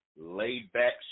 laid-back